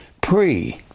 pre